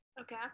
okay